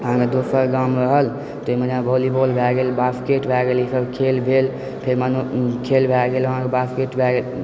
अहाँके दोसर गाम रहल तऽ ओहिमे जेना वॉलीबॉल भेल बॉस्केट भए गेल ई सब खेल भेल फेर खेल भए गेल अहाँके बास्केट